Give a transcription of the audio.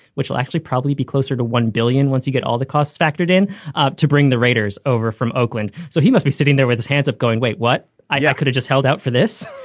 which will actually probably be closer to one billion once he get all the costs factored in ah to bring the raiders over from oakland. so he must be sitting there with his hands up going, wait, what i yeah could've just held out for this?